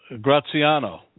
Graziano